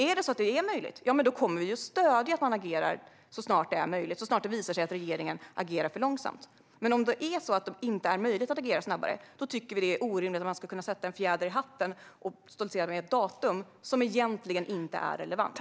Om det är möjligt att agera snabbare kommer vi att stödja ett tillkännagivande, så snart det visar sig att regeringen agerar för långsamt. Men om det inte är möjligt att agera snabbare tycker vi att det är orimligt att man ska kunna sätta en fjäder i hatten och stoltsera med ett datum som egentligen inte är relevant.